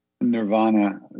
Nirvana